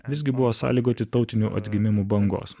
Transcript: visgi buvo sąlygoti tautinių atgimimų bangos